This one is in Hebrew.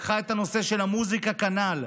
לקחה את הנושא של המוזיקה כנ"ל.